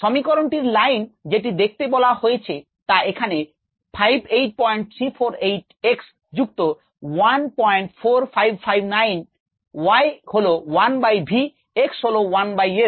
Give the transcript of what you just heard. সমীকরণটির লাইন যেটি দেখাতে বলা হয়েছে তা এখানে 58348 x যুক্ত 14559 y হল 1 বাই v x হল 1 বাই s